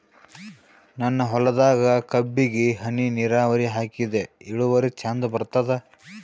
ನನ್ನ ಹೊಲದಾಗ ಕಬ್ಬಿಗಿ ಹನಿ ನಿರಾವರಿಹಾಕಿದೆ ಇಳುವರಿ ಚಂದ ಬರತ್ತಾದ?